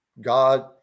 God